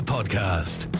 Podcast